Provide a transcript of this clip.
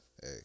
Hey